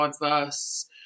diverse